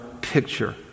picture